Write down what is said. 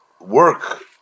work